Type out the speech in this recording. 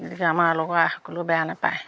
গতিকে আমাৰ লগৰ আইসকলেও বেয়া নাপায়